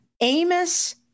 Amos